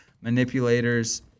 Manipulators